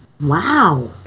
wow